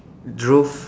drove